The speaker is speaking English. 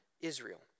Israel